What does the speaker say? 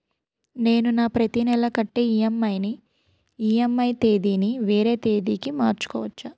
నేను నా ప్రతి నెల కట్టే ఈ.ఎం.ఐ ఈ.ఎం.ఐ తేదీ ని వేరే తేదీ కి మార్చుకోవచ్చా?